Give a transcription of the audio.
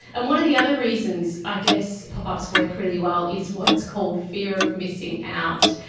and one of the other reasons i guess pop-ups work really well is what's called fear of missing out.